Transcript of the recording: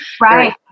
right